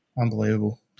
Unbelievable